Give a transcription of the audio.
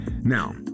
now